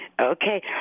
Okay